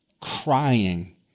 crying